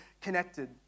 connected